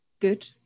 good